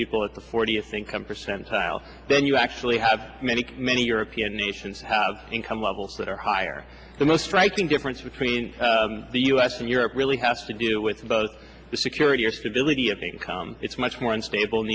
people at the fortieth income percentile then you actually have many many european nations have income levels that are higher the most striking difference between the u s and europe really has to do with both the security or stability of income it's much more unstable